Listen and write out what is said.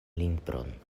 libron